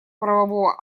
правового